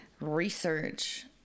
Research